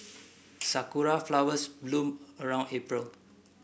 sakura flowers bloom around April